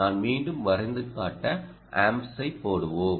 நான் மீண்டும் வரைந்து காட்ட ஆம்ப்ஸை போடுவோம்